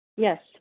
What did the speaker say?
Yes